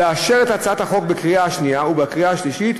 לאשר את הצעת החוק בקריאה שנייה ובקריאה שלישית,